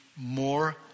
more